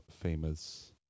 famous